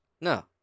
No